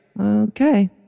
Okay